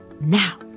Now